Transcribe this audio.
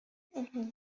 zajmiemy